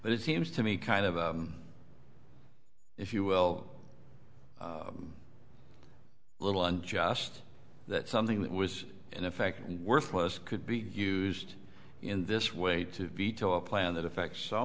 but it seems to me kind of if you will little on just that something that was in effect worthless could be used in this way to veto a plan that affects so